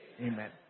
Amen